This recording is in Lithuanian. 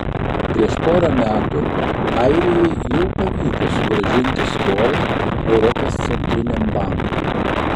prieš porą metų airijai jau pavyko sugrąžinti skolą europos centriniam bankui